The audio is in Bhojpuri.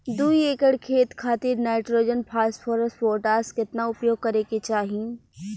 दू एकड़ खेत खातिर नाइट्रोजन फास्फोरस पोटाश केतना उपयोग करे के चाहीं?